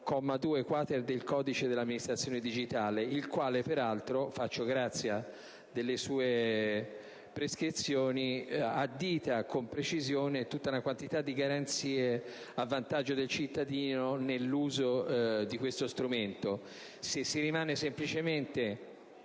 comma 2-*quater*, del codice dell'amministrazione digitale, il quale peraltro - faccio grazia delle sue prescrizioni - addita con precisione tutta una serie di garanzie a vantaggio del cittadino nell'uso di questo strumento. Se si rimane semplicemente